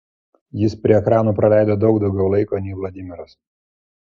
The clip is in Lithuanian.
jis prie ekranų praleido daug daugiau laiko nei vladimiras